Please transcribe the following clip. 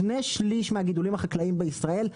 שני שליש מהגידולים החקלאים בישראל,